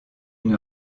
une